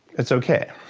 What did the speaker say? it's okay.